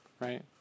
right